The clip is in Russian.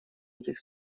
этих